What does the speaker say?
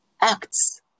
acts